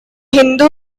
hindu